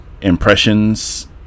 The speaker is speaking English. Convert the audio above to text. impressions